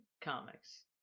comics